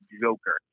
Joker